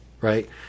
right